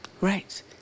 Right